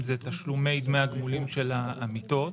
אלה תשלומי דמי הגמולים של העמיתות,